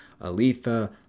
Aletha